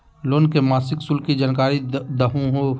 Loan के मासिक शुल्क के जानकारी दहु हो?